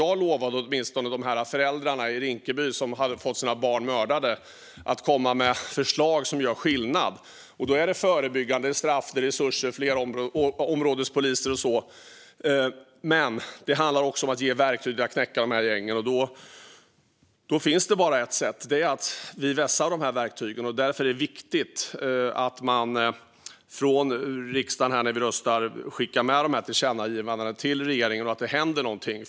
Jag lovade de föräldrar i Rinkeby som hade fått sina barn mördade att komma med förslag som gör skillnad. Då handlar det om förebyggande arbete, straff, resurser, fler områdespoliser och så vidare. Men det handlar också om att ge verktyg att knäcka gängen. Då finns det bara ett sätt, och det är att vi vässar verktygen. Därför är det viktigt att vi från riksdagen skickar med de här tillkännagivandena till regeringen när vi röstar och att det händer någonting.